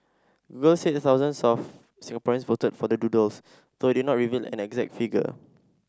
said thousands of Singaporeans voted for the doodles though it did not reveal an exact figure